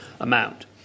amount